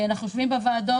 אנחנו יושבים בוועדות.